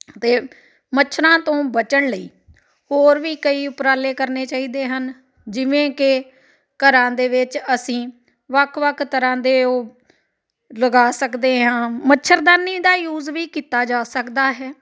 ਅਤੇ ਮੱਛਰਾਂ ਤੋਂ ਬਚਣ ਲਈ ਹੋਰ ਵੀ ਕਈ ਉਪਰਾਲੇ ਕਰਨੇ ਚਾਹੀਦੇ ਹਨ ਜਿਵੇਂ ਕਿ ਘਰਾਂ ਦੇ ਵਿੱਚ ਅਸੀਂ ਵੱਖ ਵੱਖ ਤਰ੍ਹਾਂ ਦੇ ਉਹ ਲਗਾ ਸਕਦੇ ਹਾਂ ਮੱਛਰਦਾਨੀ ਦਾ ਯੂਜ ਵੀ ਕੀਤਾ ਜਾ ਸਕਦਾ ਹੈ